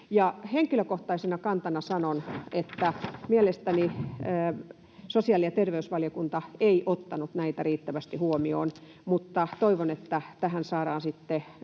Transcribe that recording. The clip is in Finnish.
Henkilökohtaisena kantanani sanon, että mielestäni sosiaali- ja terveysvaliokunta ei ottanut näitä riittävästi huomioon, mutta toivon, että tähän saadaan sitten